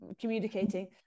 communicating